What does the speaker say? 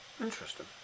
Interesting